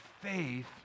faith